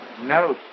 No